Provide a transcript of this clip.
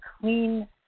clean